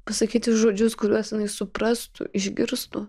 pasakyti žodžius kuriuos jinai suprastų išgirstų